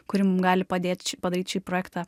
kuri mum gali padėt šį padaryt šį projektą